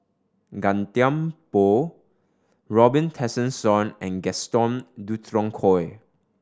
Gan Thiam Poh Robin Tessensohn and Gaston Dutronquoy